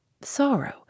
Sorrow